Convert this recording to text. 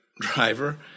driver